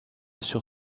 sur